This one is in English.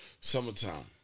Summertime